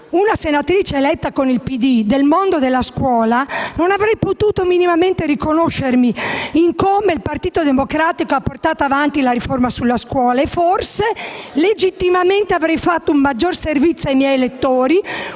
della scuola eletta nel Partito Democratico non avrei potuto minimamente riconoscermi in come il Partito Democratico ha portato avanti la riforma della scuola e, forse, legittimamente, avrei reso un miglior servizio ai miei elettori